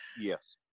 Yes